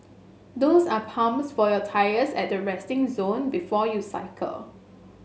those are pumps for your tyres at the resting zone before you cycle